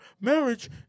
marriage